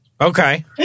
Okay